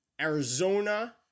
Arizona